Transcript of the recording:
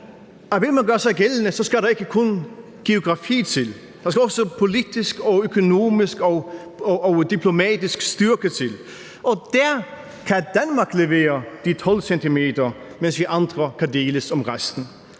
at vil man gøre sig gældende, skal der ikke kun geografi til. Der skal også politisk og økonomisk og diplomatisk styrke til. Der kan Danmark levere de 12 cm, mens vi andre kan deles om resten.